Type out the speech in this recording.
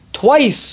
twice